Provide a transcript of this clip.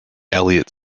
elliott